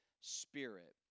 spirit